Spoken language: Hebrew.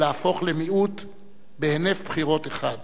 להפוך למיעוט בהינף בחירות אחד.